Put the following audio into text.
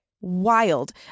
Wild